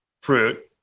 fruit